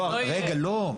לא, רגע, לא.